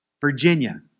Virginia